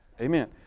Amen